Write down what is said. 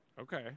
Okay